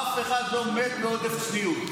אף אחד לא מת מעודף צניעות.